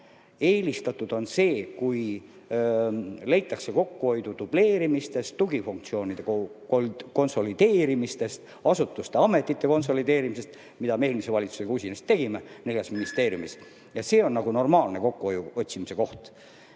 Eelistatud on see, kui leitakse kokkuhoidu dubleerimise [kaotamisest], tugifunktsioonide konsolideerimisest, asutuste-ametite konsolideerimisest, mida me eelmise valitsusega usinasti neljas ministeeriumis tegime. See on normaalne kokkuhoiu otsimise koht.